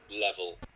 level